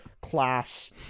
class